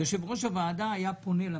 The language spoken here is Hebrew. יושב-ראש הוועדה היה פונה לממשלה,